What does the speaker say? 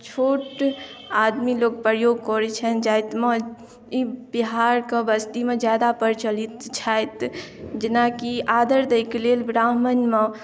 छोट आदमी लोग प्रयोग करैत छनि जातिमे ई बिहारके बस्तीमे ज्यादा प्रचलित छथि जेनाकि आदर दैके लेल ब्राह्मणमे